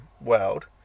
world